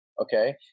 Okay